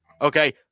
okay